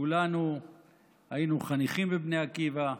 כולנו היינו חניכים בבני עקיבא.